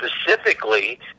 specifically